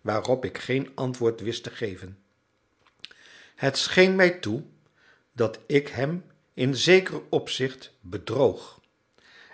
waarop ik geen antwoord wist te geven het scheen mij toe dat ik hem in zeker opzicht bedroog